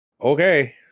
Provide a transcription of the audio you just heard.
Okay